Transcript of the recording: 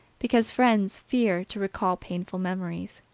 because friends fear to recall painful memories.